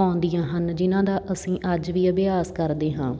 ਆਉਂਦੀਆਂ ਹਨ ਜਿਹਨਾਂ ਦਾ ਅਸੀਂ ਅੱਜ ਵੀ ਅਭਿਆਸ ਕਰਦੇ ਹਾਂ